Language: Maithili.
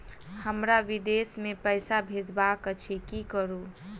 हमरा विदेश मे पैसा भेजबाक अछि की करू?